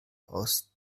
aus